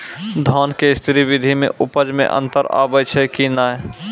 धान के स्री विधि मे उपज मे अन्तर आबै छै कि नैय?